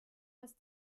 das